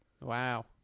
Wow